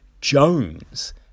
Jones